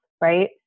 right